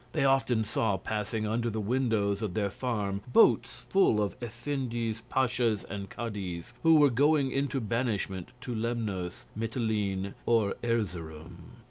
they often saw passing under the windows of their farm boats full of effendis, pashas, and cadis, who were going into banishment to lemnos, mitylene, or erzeroum.